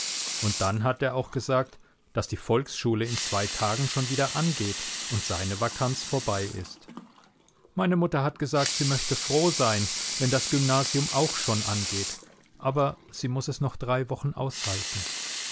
und dann hat er auch gesagt daß die volksschule in zwei tagen schon wieder angeht und seine vakanz vorbei ist meine mutter hat gesagt sie möchte froh sein wenn das gymnasium auch schon angeht aber sie muß es noch drei wochen aushalten